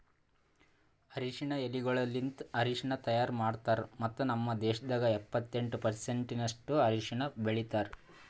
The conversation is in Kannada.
ಅರಶಿನ ಎಲಿಗೊಳಲಿಂತ್ ಅರಶಿನ ತೈಯಾರ್ ಮಾಡ್ತಾರ್ ಮತ್ತ ನಮ್ ದೇಶದಾಗ್ ಎಪ್ಪತ್ತೆಂಟು ಪರ್ಸೆಂಟಿನಷ್ಟು ಅರಶಿನ ಬೆಳಿತಾರ್